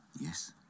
Yes